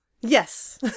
Yes